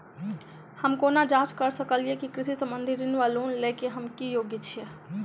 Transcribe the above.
हम केना जाँच करऽ सकलिये की कृषि संबंधी ऋण वा लोन लय केँ हम योग्य छीयै?